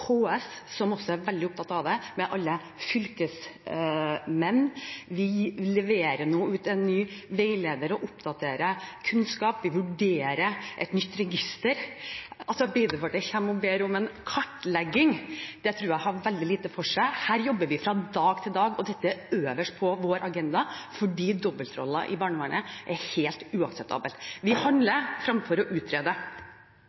som også er veldig opptatt av det – og med alle fylkesmenn. Vi leverer nå ut en ny veileder og oppdaterer kunnskap. Vi vurderer et nytt register. Arbeiderpartiet kommer og ber om en kartlegging – det tror jeg har veldig lite for seg. Her jobber vi fra dag til dag, og dette er øverst på vår agenda, for dobbeltroller i barnevernet er helt uakseptabelt. Vi